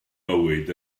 mywyd